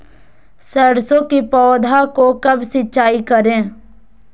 सरसों की पौधा को कब सिंचाई करे?